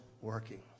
working